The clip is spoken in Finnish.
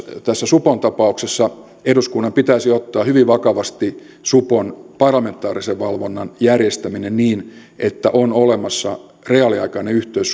tässä supon tapauksessa eduskunnan pitäisi ottaa hyvin vakavasti supon parlamentaarisen valvonnan järjestäminen niin että supon toimintaan on olemassa reaaliaikainen yhteys